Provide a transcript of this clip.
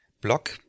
Block